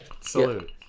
salute